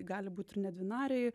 gali būti ir nedvinariai